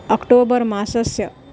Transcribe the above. October मासस्य